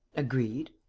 agreed,